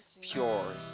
pure